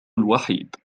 الوحيد